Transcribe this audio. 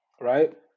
right